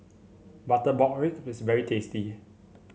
Butter Pork Ribs is very tasty